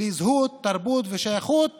בלי זהות, תרבות ושייכות